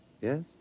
Yes